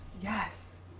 yes